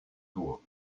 toi